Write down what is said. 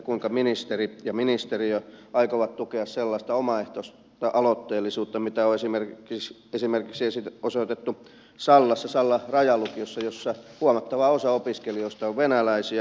kuinka ministeri ja ministeriö aikovat tukea sellaista omaehtoista aloitteellisuutta mitä on osoitettu esimerkiksi sallassa sallan rajalukiossa jossa huomattava osa opiskelijoista on venäläisiä